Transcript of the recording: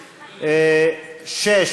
מסיר.